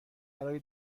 برای